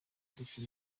ndetse